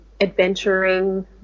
adventuring